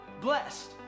blessed